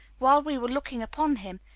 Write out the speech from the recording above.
while we were looking upon him,